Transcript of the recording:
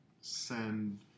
send